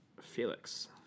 Felix